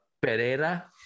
Pereira